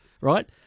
Right